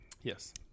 yes